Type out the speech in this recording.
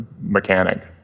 mechanic